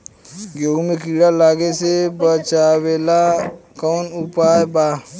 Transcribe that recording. गेहूँ मे कीड़ा लागे से बचावेला कौन उपाय बा?